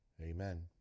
amen